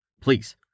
Please